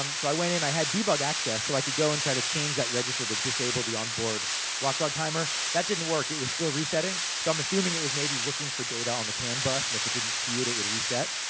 um so, i went in, and i had debug access, so i could go and try to change that register to disable the onboard watchdog timer. that didn't work, it was still resetting. so, i'm assuming it was, maybe, looking for data on the canbus, and if it didn't see it, it would reset.